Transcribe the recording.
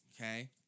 Okay